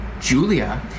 Julia